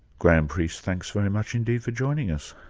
graham priest, thanks very much indeed for joining us.